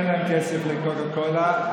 אין להם כסף לקנות קולה,